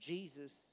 Jesus